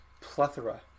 plethora